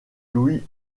louis